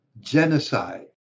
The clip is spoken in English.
genocide